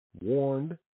warned